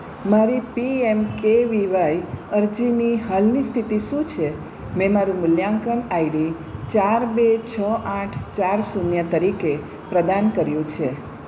મારી P M K V Y અરજીની હાલની સ્થિતિ શું છે મેં મારું મૂલ્યાંકન આઈડી ચાર બે છ આઠ ચાર શૂન્ય તરીકે પ્રદાન કર્યું છે